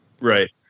Right